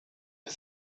her